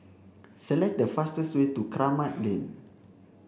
select the fastest way to Kramat Lane